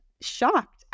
shocked